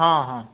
ହଁ ହଁ